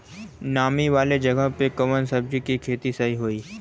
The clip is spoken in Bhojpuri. नामी वाले जगह पे कवन सब्जी के खेती सही होई?